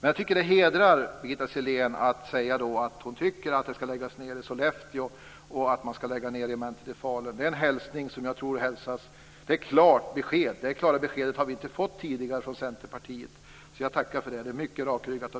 Jag tycker att det hedrar Birgitta Sellén att säga att hon tycker att förbandet ska läggas ned i Sollefteå och att man ska lägga ned regementet i Falun. Det klara beskedet har vi inte fått tidigare från Centerpartiet. Jag tackar för det. Det är mycket rakryggat av